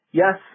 yes